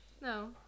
No